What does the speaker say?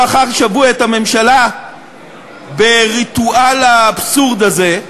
אחר שבוע את הממשלה בריטואל האבסורד הזה,